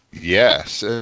Yes